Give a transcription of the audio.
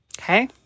Okay